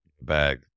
Bag